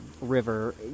river